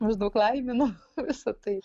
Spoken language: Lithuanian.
maždaug laiminu visa tai